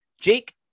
Jake